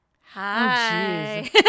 Hi